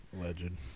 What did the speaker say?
Legend